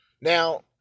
Now